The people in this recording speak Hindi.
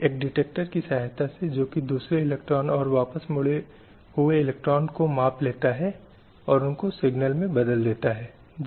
इसलिए सभी लोग सभी राजनीतिक अधिकारों और नागरिक अधिकारों के आनंद के हकदार हैं और आर्थिक सामाजिक और सांस्कृतिक अधिकारों के संबंध में भी यही बात सत्यतः लागू होती है